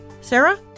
Sarah